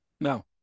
No